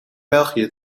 belgië